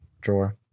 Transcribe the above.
drawer